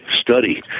study